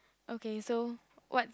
okay so what